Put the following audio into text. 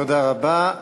תודה רבה,